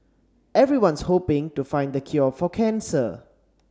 everyone's hoping to find the cure for cancer